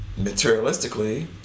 Materialistically